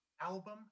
album